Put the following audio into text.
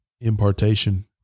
impartation